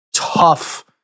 tough